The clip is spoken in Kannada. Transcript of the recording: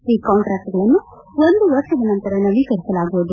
ಈ ಕಾಂಟ್ರಾಕ್ಸ್ಗಳನ್ನು ಒಂದು ವರ್ಷದ ನಂತರ ನವೀಕರಿಸಲಾಗುವುದು